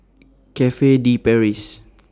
Cafe De Paris